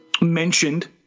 mentioned